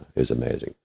is amazing.